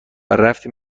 رفتیم